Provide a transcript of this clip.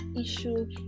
issue